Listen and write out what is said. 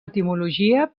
etimologia